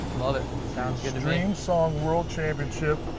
love it. sounds good to streamsong world championship,